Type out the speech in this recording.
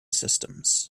systems